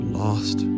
lost